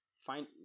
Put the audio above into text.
find